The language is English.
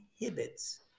inhibits